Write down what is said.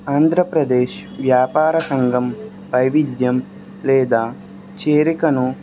ఆంధ్రప్రదేశ్ వ్యాపార సంఘం వైవిధ్యం లేదా చేరికను